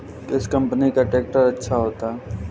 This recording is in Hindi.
किस कंपनी का ट्रैक्टर अच्छा होता है?